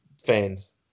fans